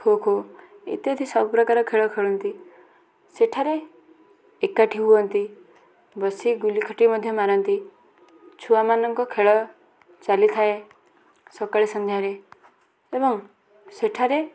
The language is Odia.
ଖୋ ଖୋ ଇତ୍ୟାଦି ସବୁପ୍ରକାର ଖେଳ ଖେଳନ୍ତି ସେଠାରେ ଏକାଠି ହୁଅନ୍ତି ବସି ଗୁଲି ଖଟି ମଧ୍ୟ ମାରନ୍ତି ଛୁଆମାନଙ୍କ ଖେଳ ଚାଲିଥାଏ ସକାଳେ ସନ୍ଧ୍ୟାରେ ଏବଂ ସେଠାରେ